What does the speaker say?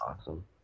awesome